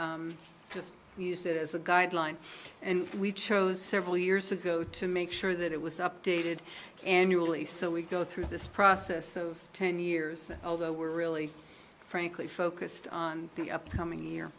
just use it as a guideline and we chose several years ago to make sure that it was updated annually so we go through this process of ten years although we're really frankly focused on the upcoming year